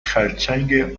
خرچنگ